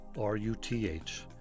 R-U-T-H